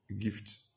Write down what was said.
gift